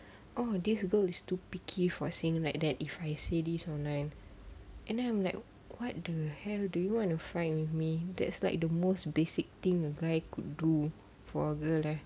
oh this girl is too picky for saying like that if I see these online and then I'm like what the hell do you want to fight me that's like the most basic thing a guy could do for a girl leh